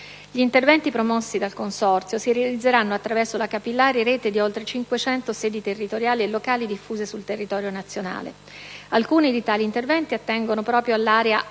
Gli interventi promossi dal citato consorzio si realizzeranno attraverso la capillare rete di oltre 500 sedi territoriali e locali diffuse sul territorio nazionale. Alcuni di tali interventi attengono proprio all'«area ascolto